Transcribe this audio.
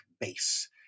base